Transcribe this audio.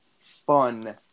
fun